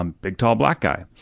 um big tall black guy,